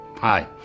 Hi